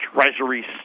Treasury